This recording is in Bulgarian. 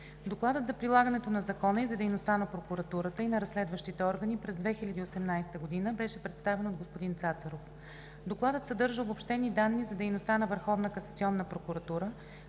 Докладът за прилагането на закона и за дейността на Прокуратурата и на разследващите органи през 2018 г. беше представен от господин Цацаров. Докладът съдържа обобщени данни за дейността на